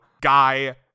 Guy